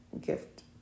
gift